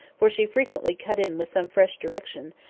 for she frequently cut in with some fresh direction,